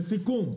לסיכום,